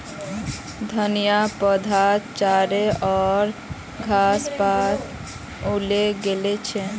धनिया पौधात चारो ओर घास पात उगे गेल छ